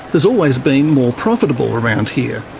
has always been more profitable around here.